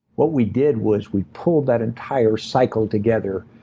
what we did was we pulled that entire cycle together,